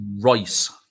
Rice